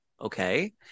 Okay